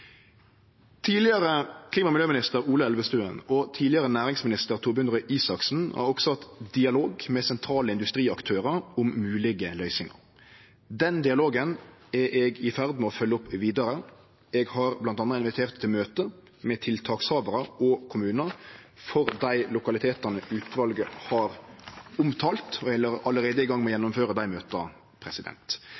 Tidlegare klima- og miljøminister Ola Elvestuen og tidlegare næringsminister Torbjørn Røe Isaksen har også hatt dialog med sentrale industriaktørar om moglege løysingar. Den dialogen er eg i ferd med å følgje opp vidare. Eg har bl.a. invitert til møte med tiltakshavarar og kommunar for dei lokalitetane utvalet har omtalt, og eg er allereie i gang med